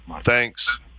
Thanks